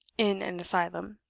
in an asylum.